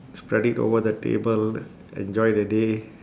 spread it over the table enjoy the day